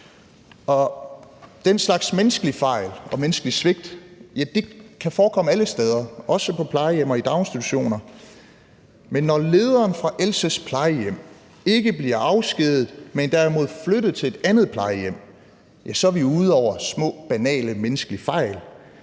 Den slags menneskelige fejl og menneskelige svigt kan forekomme alle steder, også på plejehjem og i daginstitutioner, men når lederen fra Elses plejehjem ikke bliver afskediget, men derimod flyttet til et andet plejehjem, ja, så er vi ude over små banale menneskelige fejl.